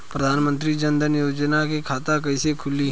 प्रधान मंत्री जनधन योजना के खाता कैसे खुली?